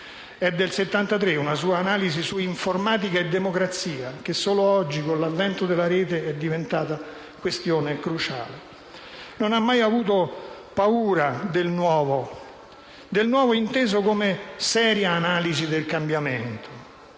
È del 1973 una sua analisi su informatica e democrazia, che solo oggi, con l'avvento della rete Internet è diventata questione cruciale. Non ha mai avuto paura del nuovo, inteso come seria analisi del cambiamento.